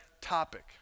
topic